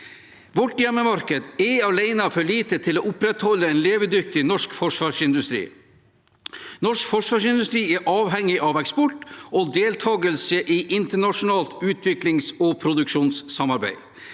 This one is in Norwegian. Vårt hjemmemarked alene er for lite til å opprettholde en levedyktig norsk forsvarsindustri. Norsk forsvarsindustri er avhengig av eksport og deltakelse i internasjonalt utviklings- og produksjonssamarbeid.